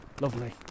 lovely